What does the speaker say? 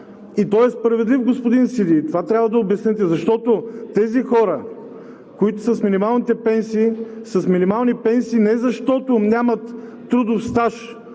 и той е справедлив, господин Сиди. Това трябва да обясните. Защото тези хора, които са с минималните пенсии, са с минимални пенсии не защото нямат трудов стаж,